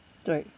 对